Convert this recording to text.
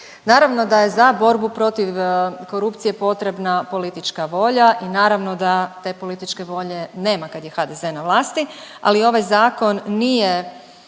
Naravno da je za borbu protiv korupcije potrebna politička volja i naravno da te političke volje nema kad je HDZ na vlasti. Ali ovaj zakon nije